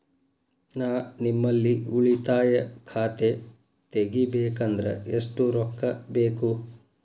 ನಾ ನಿಮ್ಮಲ್ಲಿ ಉಳಿತಾಯ ಖಾತೆ ತೆಗಿಬೇಕಂದ್ರ ಎಷ್ಟು ರೊಕ್ಕ ಬೇಕು?